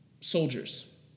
soldiers